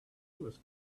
was